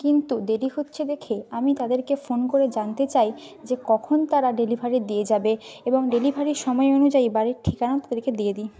কিন্তু দেরি হচ্ছে দেখে আমি তাদেরকে ফোন করে জানতে চাই যে কখন তারা ডেলিভারি দিয়ে যাবে এবং ডেলিভারির সময় অনুযায়ী বাড়ির ঠিকানাও তাদেরকে দিয়ে দিই